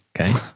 Okay